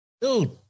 Dude